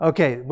Okay